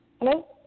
Hello